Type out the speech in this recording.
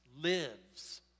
lives